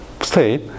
state